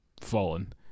fallen